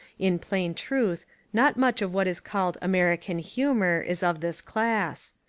in plain truth not much of what is called american humour is of this class.